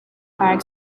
park